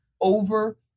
over